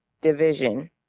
division